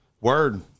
Word